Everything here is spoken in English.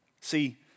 See